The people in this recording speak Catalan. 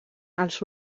als